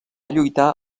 lluitar